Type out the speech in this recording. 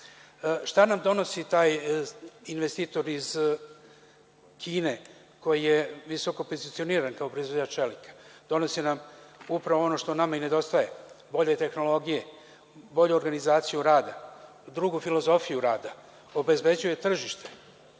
Šta nam donosi taj investitor iz Kine, koji je visoko pozicioniran kao proizvođač čelika? Donosi nam upravo ono što nama i nedostaje – bolje tehnologije, bolju organizaciju rada i drugu filozofiju rada. Takođe, obezbeđuje tržište